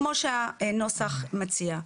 כמו שהנוסח מציע.